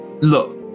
look